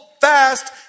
fast